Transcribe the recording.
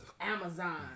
Amazon